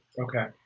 Okay